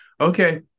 Okay